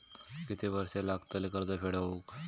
किती वर्षे लागतली कर्ज फेड होऊक?